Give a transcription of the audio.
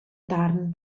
darn